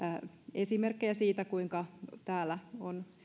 esimerkkejä siitä kuinka täällä on